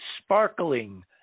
sparkling